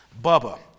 Bubba